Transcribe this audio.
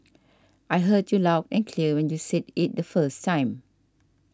I heard you loud and clear when you said it the first time